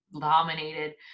dominated